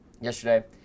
yesterday